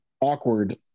awkward